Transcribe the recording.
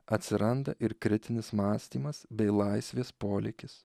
atsiranda ir kritinis mąstymas bei laisvės polėkis